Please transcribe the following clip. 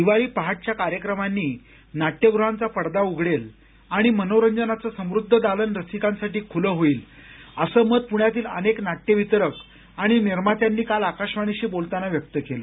दिवाळी पहाट च्या कार्यक्रमांनी नाट्यगृहांचा पडदा उघडेल आणि मनोरंजनाचं समुद्ध दालन रसिकांसाठी खूलं होईल असं मत पृण्यातील अनेक नाट्य वितरक आणि निर्मात्यांनी काल आकाशवाणीशी बोलताना व्यक्त केलं